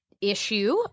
issue